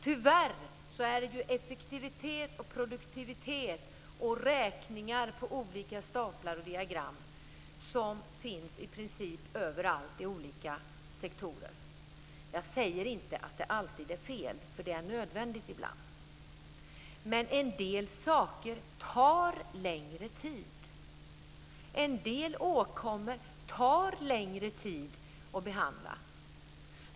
Tyvärr ställs det krav på effektivitet och produktivitet och görs beräkningar i olika staplar och diagram i princip överallt i olika sektorer. Jag säger inte att det alltid är fel. Ibland är det nödvändigt. Men en del saker tar längre tid. En del åkommor tar längre tid att behandla.